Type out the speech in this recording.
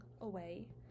away